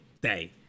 day